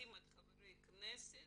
נחתים את חברי הכנסת